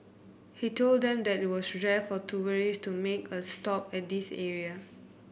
he told them that it was rare for tourist to make a stop at this area